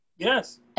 Yes